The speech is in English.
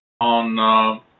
on